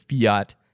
Fiat